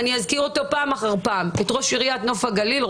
אני אזכיר פעם אחר פעם את ראש עיריית נוף הגליל,